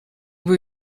were